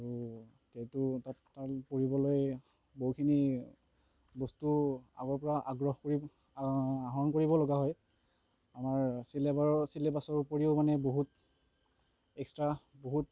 আৰু এইটো কাম কৰিবলৈ বহুখিনি বস্তুও আগৰ পৰা আগ্ৰহ কৰি আহৰণ কৰিবলগা হয় আমাৰ চিলেবাৰ চিলেবাছৰ উপৰিও মানে বহুত এক্সট্ৰা বহুত